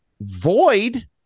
void